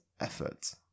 effort